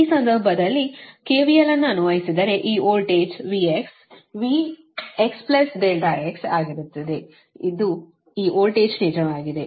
ಈ ಸಂದರ್ಭದಲ್ಲಿ KVL ಅನ್ನು ಅನ್ವಯಿಸಿದರೆ ಈ voltage V V x ∆x ಆಗಿರುತ್ತದೆ ಅದು ಈ ವೋಲ್ಟೇಜ್ ನಿಜವಾಗಿದೆ